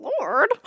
Lord